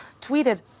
tweeted